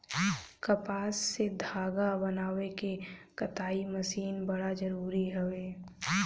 कपास से धागा बनावे में कताई मशीन बड़ा जरूरी हवे